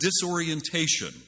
disorientation